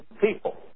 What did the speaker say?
people